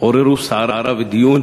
עוררו סערה ודיון.